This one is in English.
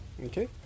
Okay